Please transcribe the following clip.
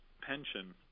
pension